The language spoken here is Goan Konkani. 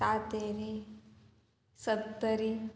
तातेरी सत्तरी